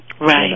right